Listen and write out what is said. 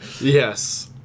Yes